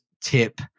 tip